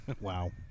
Wow